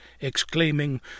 exclaiming